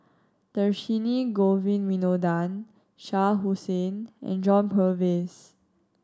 Dhershini Govin Winodan Shah Hussain and John Purvis